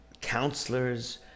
counselors